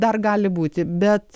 dar gali būti bet